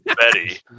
Betty